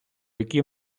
які